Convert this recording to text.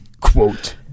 quote